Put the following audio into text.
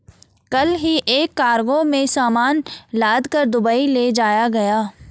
कल ही एक कार्गो में सामान लादकर दुबई ले जाया गया